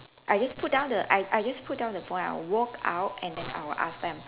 I just put down the I I just put down the phone I walk out and then I will ask them